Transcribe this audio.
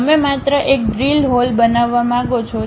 તમે માત્ર એક ડ્રીલ હોલ બનાવવા માંગો છો